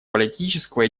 политического